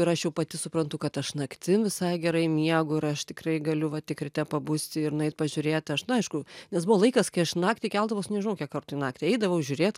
ir aš jau pati suprantu kad aš naktim visai gerai miegu ir aš tikrai galiu va tik ryte pabusti ir nueit pažiūrėt aš nu aišku nes buvo laikas kai aš naktį keldavaus nežinau kiek kartu į naktį eidavau žiūrėt